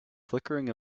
flickering